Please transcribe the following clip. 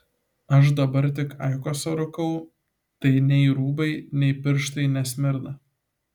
aš dabar tik aikosą rūkau tai nei rūbai nei pirštai nesmirda